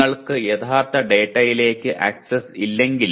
നിങ്ങൾക്ക് യഥാർത്ഥ ഡാറ്റയിലേക്ക് ആക്സസ് ഇല്ലെങ്കിൽ